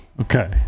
Okay